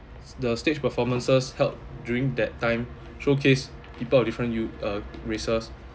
the stage performances held during that time showcase people of different u~ uh races